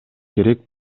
керек